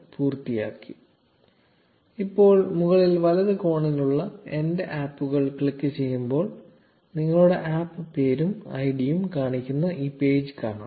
slide സമയം കാണുക 0314 ഇപ്പോൾ മുകളിൽ വലത് കോണിലുള്ള എന്റെ ആപ്പുകൾ ക്ലിക്ക് ചെയ്യുമ്പോൾ നിങ്ങളുടെ APP പേരും ഐഡിയും കാണിക്കുന്ന ഈ പേജ് കാണാം